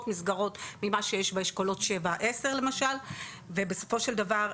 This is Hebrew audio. מסגרות ממה שיש באשכולות 7-10 למשל ובסופו של דבר,